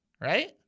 right